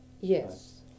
Yes